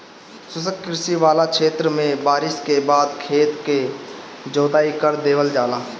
शुष्क कृषि वाला क्षेत्र में बारिस के बाद खेत क जोताई कर देवल जाला